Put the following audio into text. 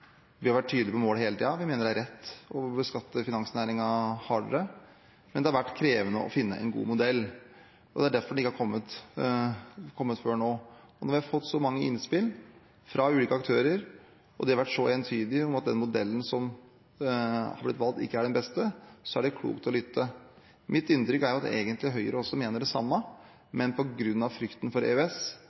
Vi har vært tydelig på målet hele tiden, vi mener det er rett å beskatte finansnæringen hardere, men det har vært krevende å finne en god modell, og det er derfor det ikke har kommet før nå. Og når vi har fått så mange innspill fra ulike aktører, og de har vært så entydige om at den modellen som har blitt valgt, ikke er den beste, er det klokt å lytte. Mitt inntrykk er at Høyre egentlig også mener det samme, men på grunn av frykten for EØS